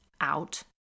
out